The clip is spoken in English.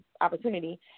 opportunity